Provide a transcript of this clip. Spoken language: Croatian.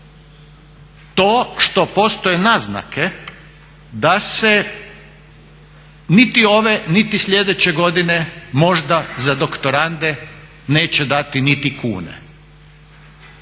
to što postoje naznake da se niti ove, niti sljedeće godine možda za doktorande neće dati niti kune.